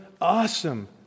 awesome